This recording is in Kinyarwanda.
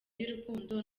y’urukundo